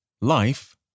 Life